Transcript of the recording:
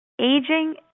aging